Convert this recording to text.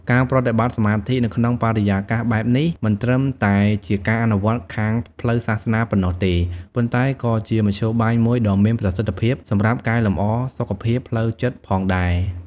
ការប្រតិបត្តិសមាធិនៅក្នុងបរិយាកាសបែបនេះមិនត្រឹមតែជាការអនុវត្តន៍ខាងផ្លូវសាសនាប៉ុណ្ណោះទេ ប៉ុន្តែក៏ជាមធ្យោបាយមួយដ៏មានប្រសិទ្ធភាពសម្រាប់កែលម្អសុខភាពផ្លូវចិត្តផងដែរ។